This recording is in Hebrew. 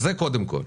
זה קודם כול.